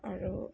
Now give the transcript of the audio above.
আৰু